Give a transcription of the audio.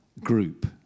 group